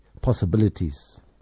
possibilities